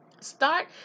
Start